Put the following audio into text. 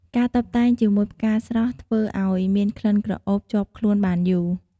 ការតុបតែងជាមួយផ្កាស្រស់ធ្វើអោយមានក្លិនក្រអូបជាប់ខ្លូនបានយូរ។